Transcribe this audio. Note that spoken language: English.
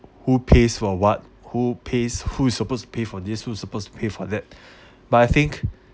who pays for what who pays who is supposed to pay for this was supposed to pay for that but I think